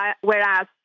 whereas